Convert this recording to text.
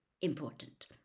important